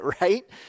right